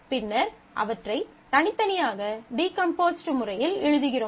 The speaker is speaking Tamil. பின்னர் அவற்றை தனித்தனியாக டீகம்போஸ்டு முறையில் எழுதுகிறோம்